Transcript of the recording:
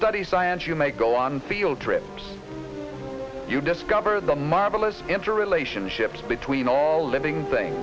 study science you may go on field trips you discover the marvelous interrelationships between all living thing